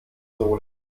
sohle